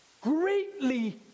greatly